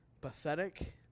pathetic